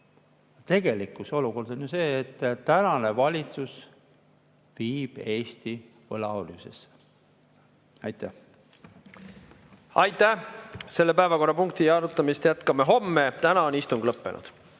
Tegelik olukord on aga see, et tänane valitsus viib Eesti võlaorjusesse. Aitäh! Selle päevakorrapunkti arutamist jätkame homme, täna on istung lõppenud.